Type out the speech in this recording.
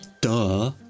Duh